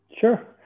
Sure